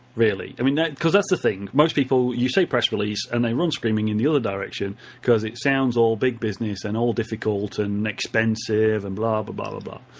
really? i mean because that's the thing. most people, you say press release, and they run screaming in the other direction because it sounds all big business and all difficult and expensive and blah but blah ah blah